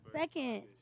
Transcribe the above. Second